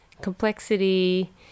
complexity